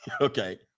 Okay